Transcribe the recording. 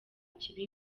kibi